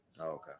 Okay